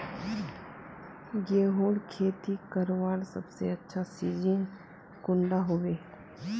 गेहूँर खेती करवार सबसे अच्छा सिजिन कुंडा होबे?